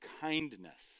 kindness